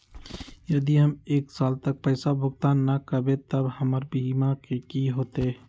यदि हम एक साल तक पैसा भुगतान न कवै त हमर बीमा के की होतै?